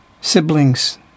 siblings